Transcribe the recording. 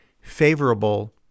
favorable